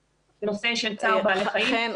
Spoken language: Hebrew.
--- בנושא של צער בעלי חיים,